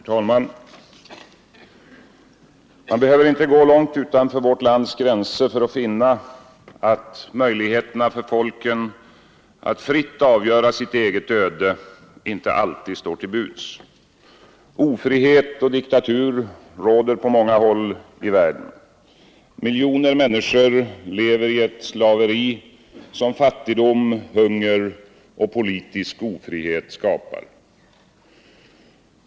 Herr talman! Man behöver inte gå långt utanför vårt lands gränser för att finna att möjligheterna för folken att fritt avgöra sitt eget öde inte alltid står till buds. Ofrihet och diktatur råder på många håll i världen. Miljoner människor lever i ett slaveri som fattigdom, hunger och politisk ofrihet skapar.